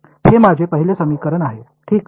हे माझे पहिले समीकरण आहे ठीक